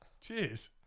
cheers